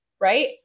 Right